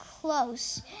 close